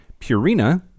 Purina